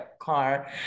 car